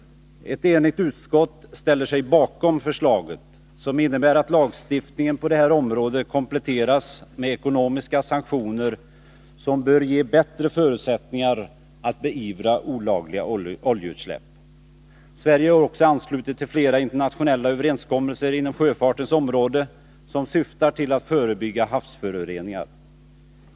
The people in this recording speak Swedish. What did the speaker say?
Ett enigt utskott ställer sig bakom förslaget, som innebär att lagstiftningen på det här området kompletteras med ekonomiska sanktioner som bör ge bättre förutsättningar att beivra olagliga oljeutsläpp. Sverige är också anslutet till flera internationella överenskommelser på sjöfartens område som syftar till att förebygga havsföroreningar.